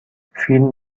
فیلم